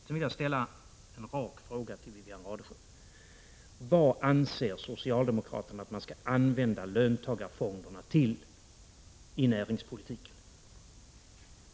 Jag vill ställa en rak fråga till Wivi-Anne Radesjö: Vad anser socialdemokraterna att man skall använda löntagarfonderna till i näringspolitiken?